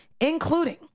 including